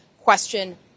question